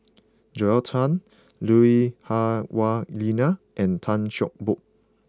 Joel Tan Lui Hah Wah Elena and Tan Cheng Bock